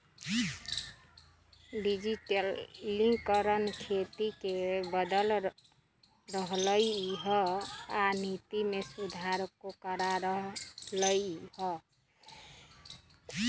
डिजटिलिकरण खेती के बदल रहलई ह आ नीति में सुधारो करा रह लई ह